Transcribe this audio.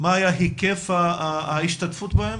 מה היה היקף ההשתתפות בהן?